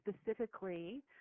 specifically